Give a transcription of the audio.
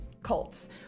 cults